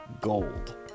gold